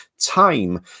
time